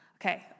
Okay